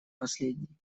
последний